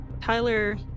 tyler